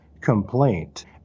complaint